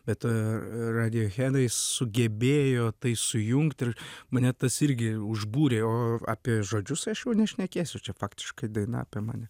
bet ir radijohedai sugebėjo tai sujungti ir mane tas irgi užbūrė o apie žodžius aš jau nešnekėsiu čia faktiškai daina apie mane